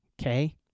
okay